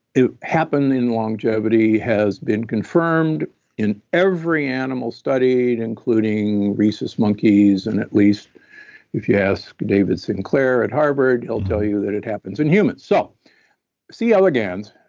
it happened longevity has been confirmed in every animal study including rhesus monkeys and at least if you ask david sinclair at harvard he'll tell you that it happens in humans so c. elegans,